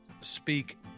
speak